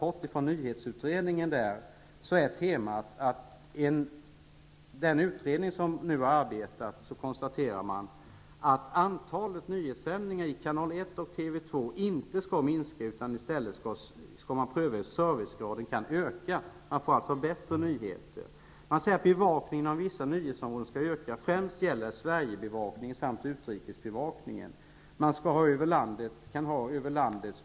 och TV 2 inte skall minska. Man skall i stället pröva hur servicegraden kan öka. Man får således bättre nyheter. Man säger att bevakningen av vissa nyhetsområden skall öka. Det gäller främst Sverigebevakningen och utrikesbevakningen. Man kan ha spridda redaktioner över landet.